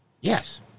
Yes